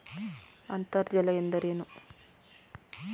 ಅಂತರ್ಜಲ ಎಂದರೇನು?